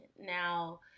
Now